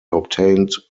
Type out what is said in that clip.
obtained